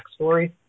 backstory